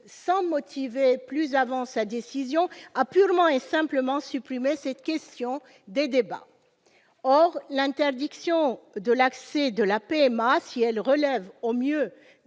sans motiver plus avant sa décision, a purement et simplement supprimé cette question des débats. Or l'interdiction de l'accès à la PMA, si elle relève au mieux